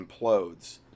implodes